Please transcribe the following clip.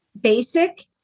basic